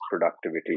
productivity